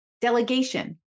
delegation